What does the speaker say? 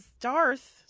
Darth